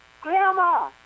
Grandma